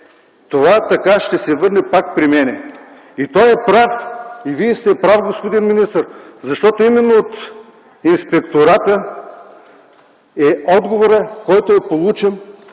Това така ще се върне пак при мен”. И той е прав, и Вие сте прав, господин министър, защото именно от Инспектората е отговорът, който е получен